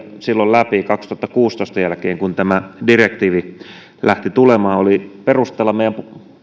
silloin kaksituhattakuusitoista jälkeen kun tämä direktiivi lähti tulemaan oli meidän